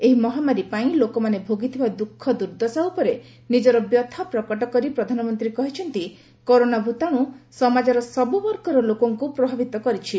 ଏହି ମହାମାରୀ ପାଇଁ ଲୋକମାନେ ଭୋଗିଥିବା ଦୁଞ୍ଖ ଦୁର୍ଦ୍ଦଶା ଉପରେ ନିଜର ବ୍ୟଥା ପ୍ରକଟ କରି ପ୍ରଧାନମନ୍ତ୍ରୀ କହିଛନ୍ତି କରୋନାଭୂତାଣୁ ସମାଜର ସବୁବର୍ଗର ଲୋକଙ୍କୁ ପ୍ରଭାବିତ କରିଛି